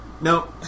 Nope